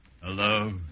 Hello